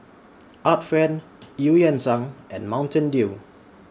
Art Friend EU Yan Sang and Mountain Dew